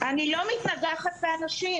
אז היא מייצרת איזו שהיא שאלה,